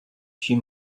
few